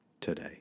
today